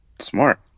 Smart